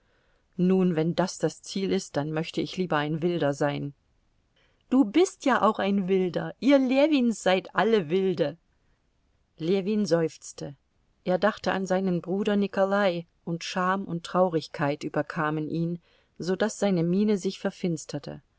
nun wenn das das ziel ist dann möchte ich lieber ein wilder sein du bist ja auch ein wilder ihr ljewins seid alle wilde ljewin seufzte er dachte an seinen bruder nikolai und scham und traurigkeit überkamen ihn so daß seine miene sich verfinsterte